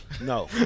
No